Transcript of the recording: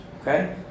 Okay